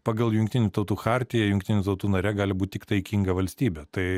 pagal jungtinių tautų chartiją jungtinių tautų nare gali būt tik taikinga valstybė tai